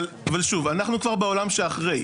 אבל שוב, אנחנו כבר בעולם שאחרי.